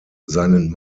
seinen